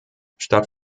statt